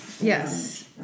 Yes